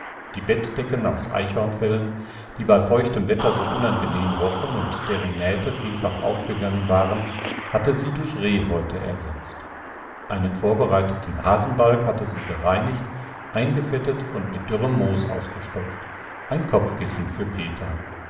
die bettdecken aus eichhornfellen die bei feuchtem wetter so unangenehm rochen und deren nähte vielfach aufgegangen waren hatte sie durch rehhäute ersetzt einen vorbereiteten hasenbalg hatte sie gereinigt eingefettet und mit dürrem moos ausgestopft ein kopfkissen für peter